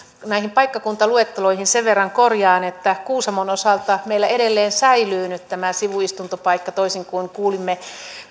näitä paikkakuntaluetteloita sen verran korjaan että kuusamon osalta meillä edelleen säilyy nyt tämä sivuistuntopaikka toisin kuin kuulimme